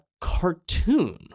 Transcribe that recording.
cartoon